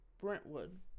Brentwood